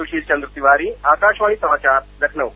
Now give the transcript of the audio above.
सुशील चन्द्र तिवारी आकाशवाणी समाचार लखनऊ